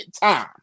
time